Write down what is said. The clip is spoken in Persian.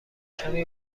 کمی